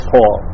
Paul